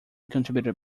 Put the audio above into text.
contributed